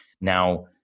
Now